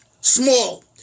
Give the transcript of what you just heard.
small